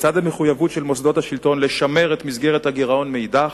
לצד המחויבות של מוסדות השלטון לשמר את מסגרת הגירעון מאידך,